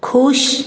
ਖੁਸ਼